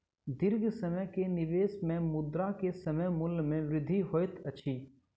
दीर्घ समय के निवेश में मुद्रा के समय मूल्य में वृद्धि होइत अछि